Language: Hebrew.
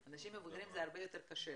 לאנשים מבוגרים זה הרבה יותר קשה.